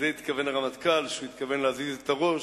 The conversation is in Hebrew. לזה התכוון הרמטכ"ל כשהוא התכוון להזיז את הראש.